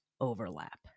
overlap